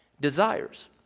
desires